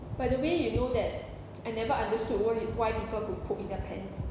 by the way you know that I never understood why why people could poop in their pants